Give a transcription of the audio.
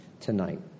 tonight